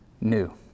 new